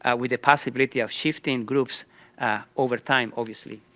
ah with a possibility of shifting groups over time, obviously.